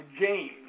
James